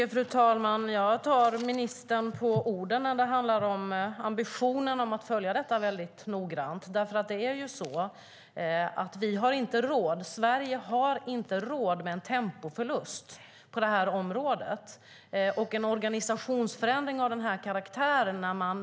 Fru talman! Jag tar ministern på orden när det handlar om ambitionen att följa detta mycket noggrant. Sverige har ju inte råd med en tempoförlust på det här området vid en organisationsförändring av den här karaktären.